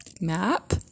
map